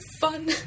fun